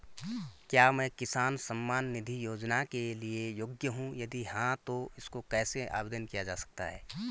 क्या मैं किसान सम्मान निधि योजना के लिए योग्य हूँ यदि हाँ तो इसको कैसे आवेदन किया जा सकता है?